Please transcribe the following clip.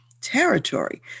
territory